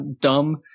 dumb